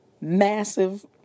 massive